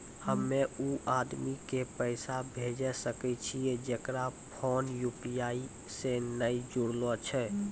हम्मय उ आदमी के पैसा भेजै सकय छियै जेकरो फोन यु.पी.आई से नैय जूरलो छै?